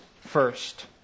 first